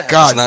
God